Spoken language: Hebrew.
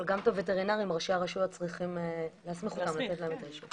ראשי הרשויות צריכים להסמיך ולתת אישור גם לווטרינרים.